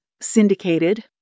syndicated